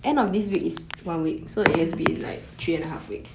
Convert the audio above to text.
mm